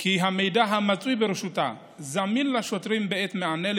כי המידע שברשותה זמין לשוטרים בעת מענה על